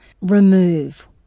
Remove